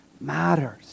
matters